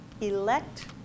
elect